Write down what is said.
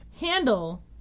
handle